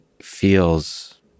feels